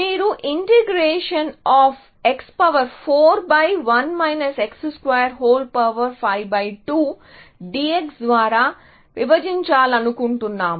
మీరు integration of x452 dx ద్వారా విభజించాలనుకుంటున్నాము